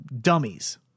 dummies